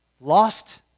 lost